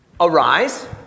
Arise